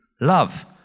Love